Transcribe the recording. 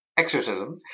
Exorcism